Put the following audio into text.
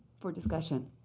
for discussion.